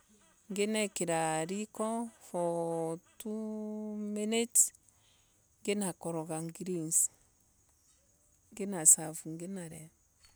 Ngine kira riko for two minutes ngina koroga green ngina serve ginaria